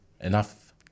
enough